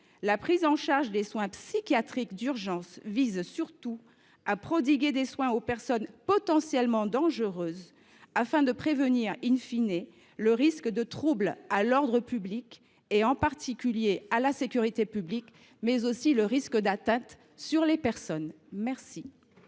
la prise en charge des soins psychiatriques d’urgence vise surtout à prodiguer des soins aux personnes potentiellement dangereuses, afin de prévenir les risques de trouble à l’ordre public, en particulier à la sécurité publique, ainsi que le risque d’atteintes aux personnes. Quel